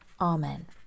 Amen